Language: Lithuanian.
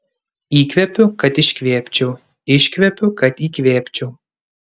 įkvepiu kad iškvėpčiau iškvepiu kad įkvėpčiau